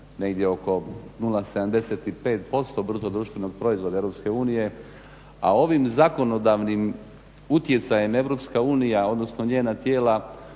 negdje oko 0,75% BDP-a EU a ovim zakonodavnim utjecajem EU odnosno njena tijela